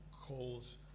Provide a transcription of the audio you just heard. calls